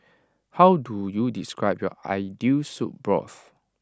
how do you describe your ideal soup broth